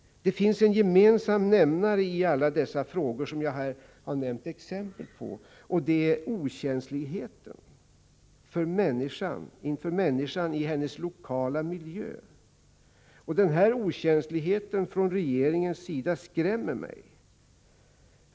Det finns en gemensam nämnare i alla de frågor som jag här har tagit upp exempel på. Det är okänsligheten inför människan i hennes lokala miljö. Den här okänsligheten från regeringens sida skrämmer mig.